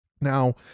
Now